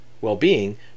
well-being